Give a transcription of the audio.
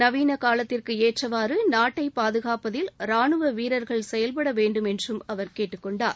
நவீள காலத்திற்கு ஏற்றவாறு நாட்டை பாதுகாப்பதில் ரானுவ வீரர்கள் செயல்பட வேண்டும் என்றும் அவர் கேட்டுக்கொண்டனார்